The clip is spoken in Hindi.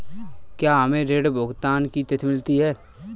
क्या हमें ऋण भुगतान की तिथि मिलती है?